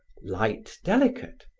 light delicate,